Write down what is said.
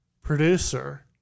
producer